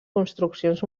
construccions